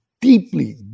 deeply